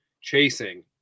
chasing